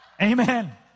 Amen